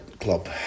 club